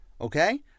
okay